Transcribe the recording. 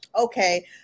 okay